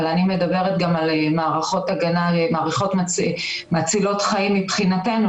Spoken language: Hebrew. אבל אני מדברת גם על מערכות מצילות חיים מבחינתנו,